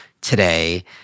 today